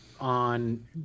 on